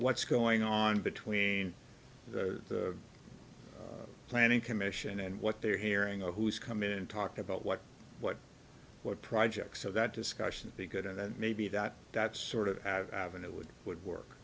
what's going on between the planning commission and what they're hearing or who's come in and talk about what what what projects so that discussion be good and then maybe that that's sort of been it would would work